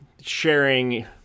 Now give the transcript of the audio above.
sharing